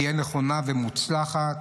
שתהיה נכונה ומוצלחת,